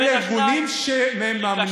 אלה ארגונים שמממנים,